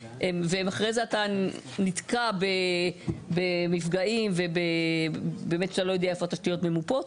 ואחרי זה אתה נתקע במפגעים ובאמת שאתה לא יודע איפה התשתיות ממופות,